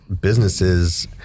businesses